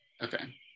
Okay